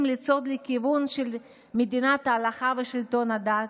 לצעוד לכיוון של מדינת הלכה ושלטון הדת?